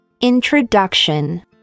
Introduction